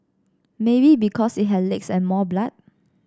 maybe because it had legs and more blood